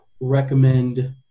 recommend